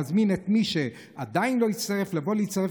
אני מזמין את מי שעדיין לא הצטרף לבוא להצטרף